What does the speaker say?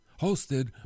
hosted